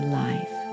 life